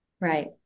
Right